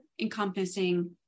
encompassing